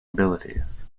abilities